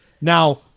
now